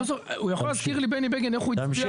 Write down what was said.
הוא יכול להזכיר לי בני בגין איך הוא הצביע